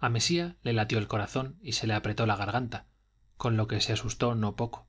a mesía le latió el corazón y se le apretó la garganta con lo que se asustó no poco